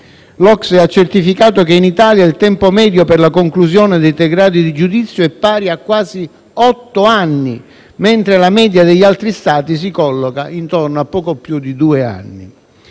L'OCSE ha certificato che in Italia il tempo medio per la conclusione dei tre gradi di giudizio è pari a quasi otto anni, mentre la media degli altri Stati si colloca intorno a poco più di due anni.